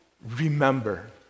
remember